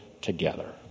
together